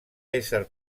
ésser